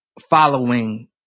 following